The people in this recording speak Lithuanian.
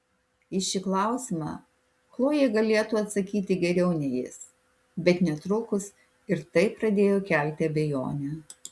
į šį klausimą chlojė galėtų atsakyti geriau nei jis bet netrukus ir tai pradėjo kelti abejonę